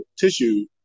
tissue